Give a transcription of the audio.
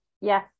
yes